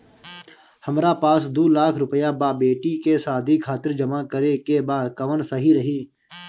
हमरा पास दू लाख रुपया बा बेटी के शादी खातिर जमा करे के बा कवन सही रही?